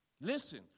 Listen